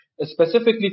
specifically